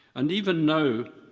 and even now,